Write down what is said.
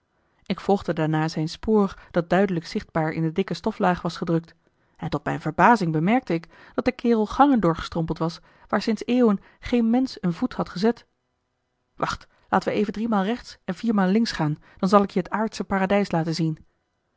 ik volgde daarna zijn spoor dat duidelijk zichtbaar in de dikke stoflaag was gedrukt en tot mijne verbazing bemerkte ik dat de kerel gangen doorgestrompeld was waar sinds eeuwen geen mensch een voet had gezet wacht laten we even driemaal rechts en viermaal links gaan dan zal ik je het aardsche paradijs laten zien